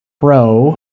Pro